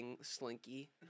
Slinky